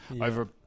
Over